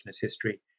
History